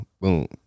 Boom